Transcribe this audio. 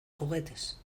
juguetes